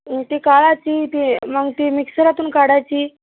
ती काढायची ती मग ती मिक्सरातून काढायची